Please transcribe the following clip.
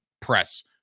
press